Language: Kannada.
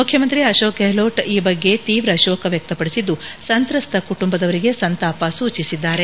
ಮುಖ್ಯಮಂತ್ರಿ ಅಶೋಕ್ ಗೆಹ್ಲೋಟ್ ಈ ಬಗ್ಗೆ ತೀವ್ರ ಶೋಕ ವ್ಯಕ್ತಪದಿಸಿದ್ದು ಸಂತ್ರಸ್ತ ಕುಟುಂಬದವರಿಗೆ ಸಂತಾಪ ಸೂಚಿಸಿದ್ದಾರೆ